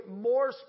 more